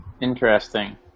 Interesting